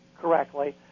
correctly